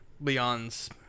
Leon's